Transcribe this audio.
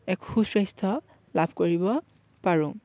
এক সুস্ৱাস্থ্য লাভ কৰিব পাৰোঁ